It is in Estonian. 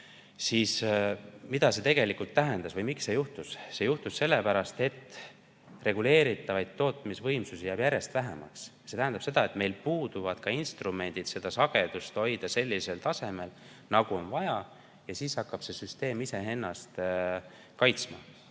Aga mida see tegelikult tähendas või miks see juhtus? See juhtus sellepärast, et reguleeritavaid tootmisvõimsusi jääb järjest vähemaks. Ja meil puuduvad ka instrumendid, et hoida seda sagedust sellisel tasemel, nagu on vaja. Ning siis hakkab süsteem iseennast kaitsma